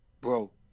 bro